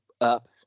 up